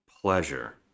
pleasure